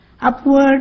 Upward